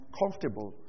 comfortable